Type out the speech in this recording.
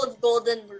golden